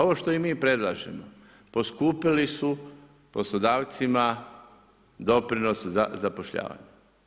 Ovo što i mi predlažemo, poskupili su poslodavcima doprinose za zapošljavanja.